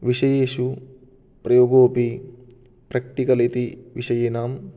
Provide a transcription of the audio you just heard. विषयेषु प्रयोगोऽपि प्रेक्टिकल् इति विषयाणां